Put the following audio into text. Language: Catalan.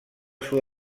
sud